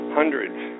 hundreds